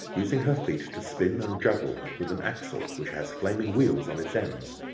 using her feet to spin and juggle with an axle which has flaming wheels on its ends.